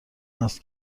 است